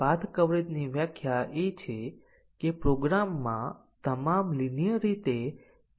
હવે ચાલો જોઈએ કે આપણે ટેસ્ટીંગ ના કેસની સંખ્યાત્મક સંખ્યા વિના મલ્ટિપલ કંડિશન કવરેજના ટેસ્ટીંગ ની પૂર્ણતા મેળવી શકીએ